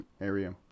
area